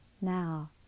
Now